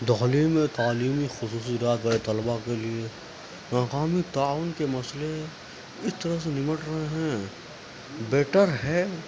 دہلی میں تعلیمی خصوصی رائے طلبہ کے لیے ناکامی تعاون کے مسئلے اس طرح سے نمٹ رہے ہیں بیٹر ہے